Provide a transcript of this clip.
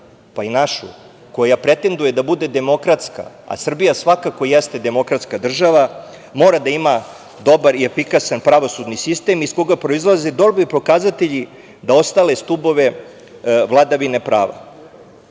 pa i naša, koja pretenduje da bude demokratska, a Srbija svakako jeste demokratska država, mora da ima dobar i efikasan pravosudni sistem iz koga proizilaze dobri pokazatelji za ostale stubove vladavine prava.